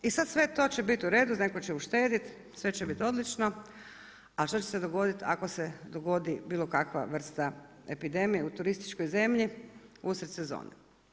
I sad sve to će biti u redu, netko će uštedjeti, sve će biti odlično, a što će se dogoditi, ako se dogodi bilokakva vrsta epidemije u turističkoj zemlji usred sezone.